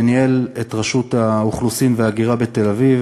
וניהל את רשות האוכלוסין וההגירה בתל-אביב.